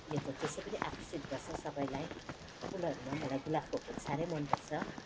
त्यो त त्यसै पनि आकर्षित गर्छ सबैलाई फुलहरूमा मलाई गुलाबको फुल साह्रै मन पर्छ